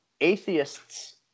Atheists